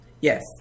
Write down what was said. Yes